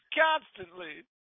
constantly